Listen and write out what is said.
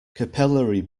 capillary